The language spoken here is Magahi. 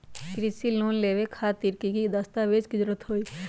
कृषि लोन लेबे खातिर की की दस्तावेज के जरूरत होतई?